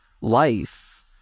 life